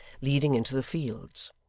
leading into the fields.